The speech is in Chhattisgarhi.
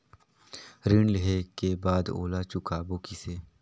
ऋण लेहें के बाद ओला चुकाबो किसे?